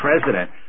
president